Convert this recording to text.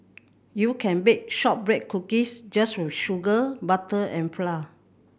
you can bake shortbread cookies just with sugar butter and flour